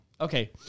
Okay